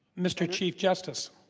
mr. chief justice.